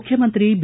ಮುಖ್ಯಮಂತ್ರಿ ಬಿ